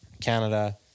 Canada